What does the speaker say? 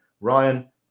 Ryan